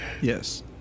Yes